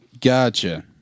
Gotcha